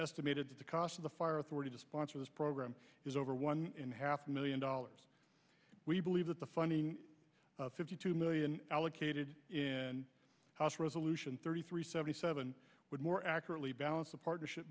estimated the cost of the fire authority to sponsor this program is over one in half million dollars we believe that the funding fifty two million allocated in house resolution thirty three seventy seven would more accurately balance the partnership